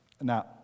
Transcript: Now